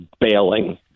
bailing